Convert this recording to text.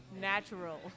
natural